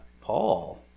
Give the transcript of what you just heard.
paul